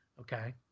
Okay